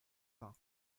vingts